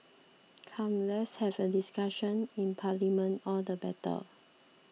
come let's have a discussion in parliament all the better